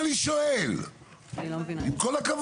אתם לא מבינים מה אני שואל, עם כל הכבוד.